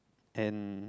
and